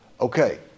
Okay